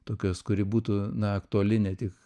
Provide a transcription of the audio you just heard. tokios kuri būtų na aktuali ne tik